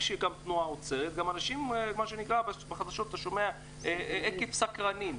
שהתנועה עוצרת גם בחדשות אתה שומע 'עקב סקרנים',